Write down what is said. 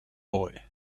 boy